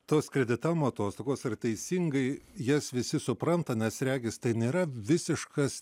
tos kreditavimo atostogos ar teisingai jas visi supranta nes regis tai nėra visiškas